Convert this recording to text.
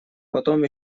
потом